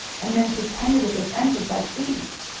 and then pretended it was entered by thieves.